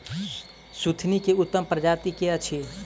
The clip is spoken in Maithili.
सुथनी केँ उत्तम प्रजाति केँ अछि?